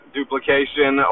Duplication